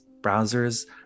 browsers